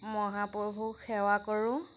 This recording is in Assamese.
মহাপ্ৰভুক সেৱা কৰোঁ